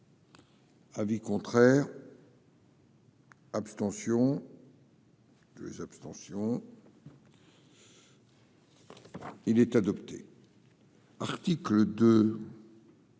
Avis contraire. Abstentions. Les abstentions. Il est adopté. Article de.